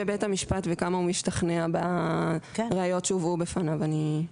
המשפט וכמה הוא משתכנע בראיות שהובאו בפניו.